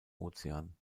ozean